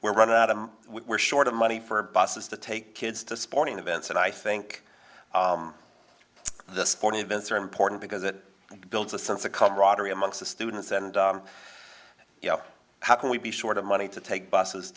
we're running out of we're short of money for buses to take kids to sporting events and i think the sporting events are important because it builds a sense of camaraderie among the students and you know how can we be short of money to take buses